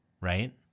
right